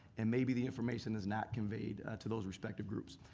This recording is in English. and maybe the information is not conveyed to those respective groups.